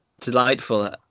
delightful